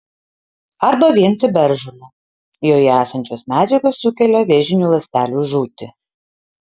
arba vien ciberžole joje esančios medžiagos sukelia vėžinių ląstelių žūtį